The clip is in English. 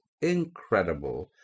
incredible